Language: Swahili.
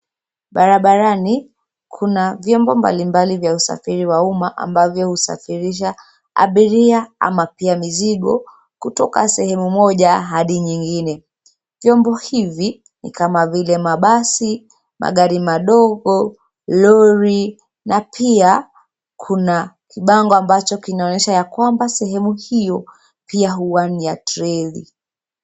Barabarani kuna vyombo mbalimbali vya usafiri wa umma ambavyo husafirisha abiria ama pia mizigo kutoka sehemu moja hadi nyingine. Vyombo hivi ni kama vile mabasi, magari madogo, lori na pia kuna kibango ambacho kinaonyesha ya kwamba sehemu hiyo pia huwa ni ya treni.